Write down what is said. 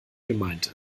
gemeint